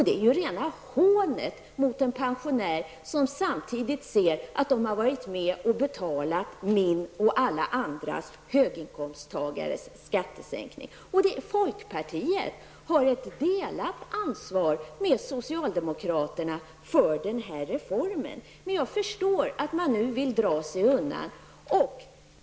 Det är rena hånet mot de pensionärer som samtidigt ser att de har varit med och betalat min och alla andra höginkomsttagares skattesänkning. Folkpartiet har ett delat ansvar med socialdemokraterna för den här reformen. Men jag förstår att man nu vill dra sig undan.